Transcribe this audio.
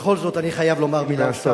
בכל זאת אני חייב לומר מלה-שתיים.